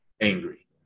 angry